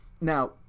now